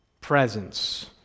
presence